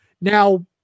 Now